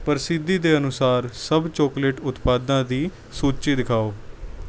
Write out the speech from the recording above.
ਪ੍ਰਸਿੱਧੀ ਦੇ ਅਨੁਸਾਰ ਸਭ ਚਾਕਲੇਟ ਉਤਪਾਦਾਂ ਦੀ ਸੂਚੀ ਦਿਖਾਓ